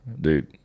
dude